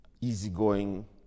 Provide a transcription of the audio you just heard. easygoing